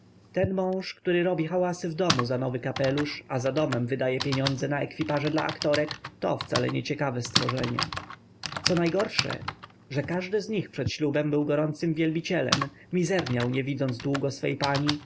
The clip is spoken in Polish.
ten mąż który robi hałasy w domu za nowy kapelusz a za domem wydaje pieniądze na ekwipaże dla aktorek to wcale nie ciekawe stworzenie co najgorsze że każdy z nich przed ślubem był gorącym wielbicielem mizerniał nie widząc długo swej pani